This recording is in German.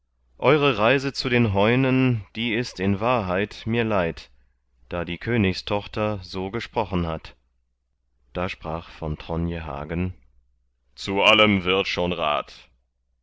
eure reise zu den heunen die ist in wahrheit mir leid da die königstochter so gesprochen hat da sprach von tronje hagen zu allem wird schon rat